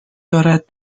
دارد